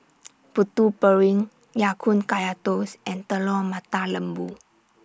Putu Piring Ya Kun Kaya Toast and Telur Mata Lembu